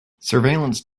surveillance